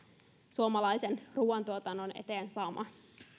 suomalaisen ruuantuotannon eteen saamaan